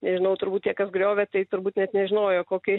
nežinau turbūt tie kas griovė tai turbūt net nežinojo kokį